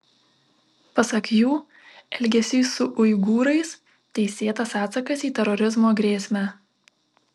pasak jų elgesys su uigūrais teisėtas atsakas į terorizmo grėsmę